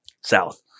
South